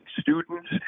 students